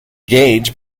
gage